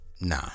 Nah